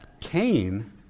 Cain